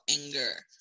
anger